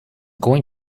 going